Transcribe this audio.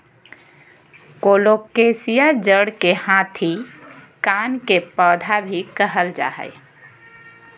colocasia जड़ के हाथी कान के पौधा भी कहल जा हई